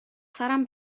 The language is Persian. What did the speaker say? سرم